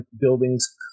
building's